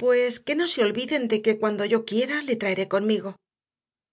pues que no se olviden de que cuando yo quiera le traeré conmigo